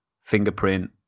fingerprint